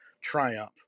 triumph